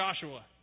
Joshua